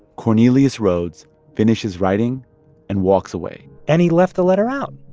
cornelius rhoads finishes writing and walks away and he left the letter out,